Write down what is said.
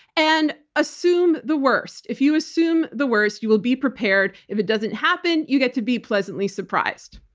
and assume the worst. if you assume the worst, you will be prepared. if it doesn't happen, you get to be pleasantly surprised.